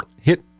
hit